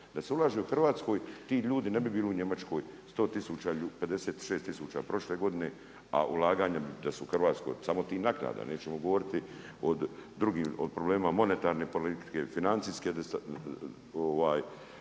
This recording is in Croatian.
Da se ulaže u Hrvatsku, ti ljudi ne bi bili u Njemačkoj 100 tisuća, 56 tisuća prošle godine a ulaganjem da su u Hrvatskoj, samo tih naknada, nećemo govoriti o drugim, o problemima monetarne politike, financijske